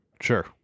Sure